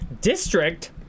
district